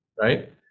Right